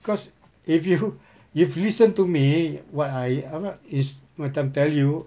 cause if you if listen to me what I apa tu is macam tell you